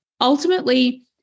ultimately